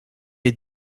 est